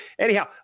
anyhow